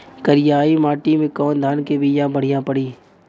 करियाई माटी मे कवन धान के बिया बढ़ियां पड़ी?